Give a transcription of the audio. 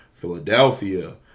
Philadelphia